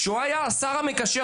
כשהוא היה השר המקשר,